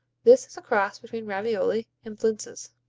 this is a cross between ravioli and blintzes.